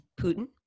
Putin